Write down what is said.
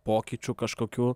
pokyčių kažkokių